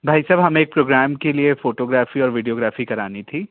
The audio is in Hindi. भाई साहब हमें एक प्रोग्राम के लिए फ़ोटोग्राफ़ी एंड वीडियोग्राफ़ी करवानी थी